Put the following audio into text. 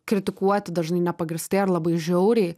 kritikuoti dažnai nepagrįstai ar labai žiauriai